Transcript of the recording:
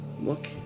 look